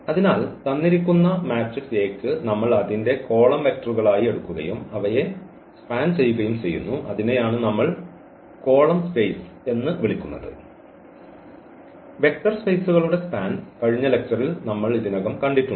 അതിനാൽ തന്നിരിക്കുന്ന matrix A യ്ക്ക് നമ്മൾ അതിന്റെ കോളം വെക്റ്ററുകളായി എടുക്കുകയും അവയെ സ്പാൻ ചെയ്യുകയും ചെയ്യുന്നു അതിനെയാണ് നമ്മൾ കോളം സ്പേസ് എന്ന് വിളിക്കുന്നത് വെക്ടർ സ്പേസുകളുടെ സ്പാൻ കഴിഞ്ഞ ലെക്ച്ചർൽ നമ്മൾ ഇതിനകം കണ്ടിട്ടുണ്ട്